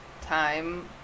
time